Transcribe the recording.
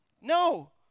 No